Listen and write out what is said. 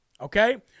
okay